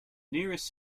nearest